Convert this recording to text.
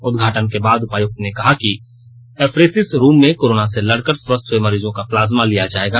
उदघाटन के बाद उपायुक्त ने कहा कि एफरेसिस रूम में कोरोना से लड़कर स्वस्थ हुए मरीजों का प्लाज्मा लिया जाएगा